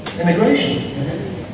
Immigration